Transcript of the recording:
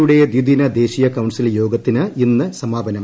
യുടെ ദ്വിദിന ദേശീയ കൌൺസിൽ യോഗത്തിന് ഇന്ന് സമാപനം